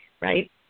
right